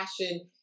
passion